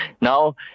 Now